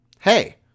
Hey